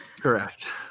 Correct